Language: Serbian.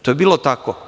To je bilo tako.